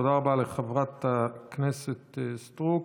תודה רבה לחברת הכנסת סטרוק.